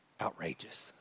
outrageous